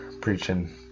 preaching